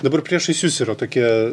dabar priešais jus yra tokie